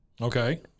Okay